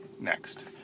next